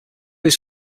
his